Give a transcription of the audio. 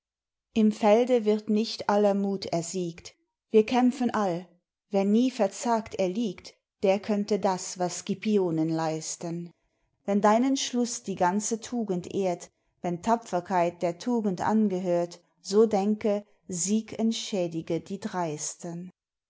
im felde wird nicht aller mut ersiegt der könnte das was scipionen leisten wenn dein entschluss die ganze tugend ehrt wenn tapferkeit der tugend angehört so denke sieg entschädige die dreisten